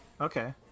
Okay